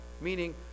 meaning